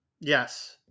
Yes